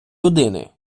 людини